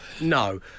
No